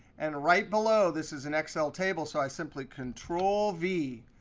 and right below, this is an excel table, so i simply control v.